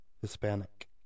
Hispanic